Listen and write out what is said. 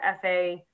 FA